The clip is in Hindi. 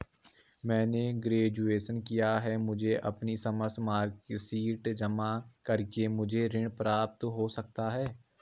मैंने ग्रेजुएशन किया है मुझे अपनी समस्त मार्कशीट जमा करके मुझे ऋण प्राप्त हो सकता है?